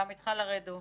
גם איתך לרדו,